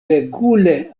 regule